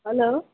hello